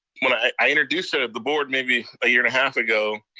when i introduced sort of the board, maybe a year and a half ago,